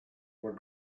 were